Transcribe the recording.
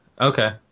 Okay